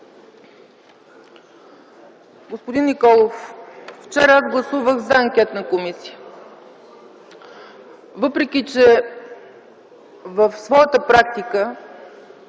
Господин Николов, вчера аз гласувах „за” анкетна комисия. Въпреки че в своята практика